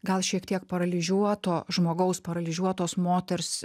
gal šiek tiek paralyžiuoto žmogaus paralyžiuotos moters